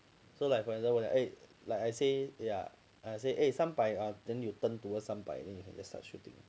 so like for example eh like I say yeah like I say 三百 then you turn towards 三百 then you can just start shooting